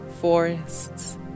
forests